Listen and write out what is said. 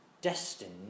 destined